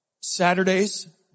Saturdays